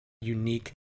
unique